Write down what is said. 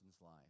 life